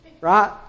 right